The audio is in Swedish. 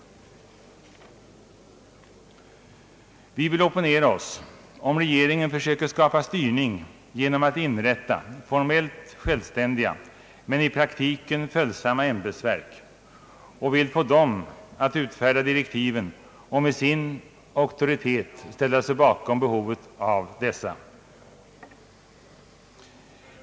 Vi vill opponera oss, om regeringen försöker skapa styrning genom att inrätta formellt självständiga men i praktiken följsamma ämbetsverk och vill få dem att utfärda direktiven och med sin auktoritet ställa sig bakom behovet av dessa.